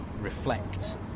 reflect